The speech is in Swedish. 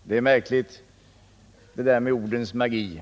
Fru talman! Det är märkligt det där med ordens magi.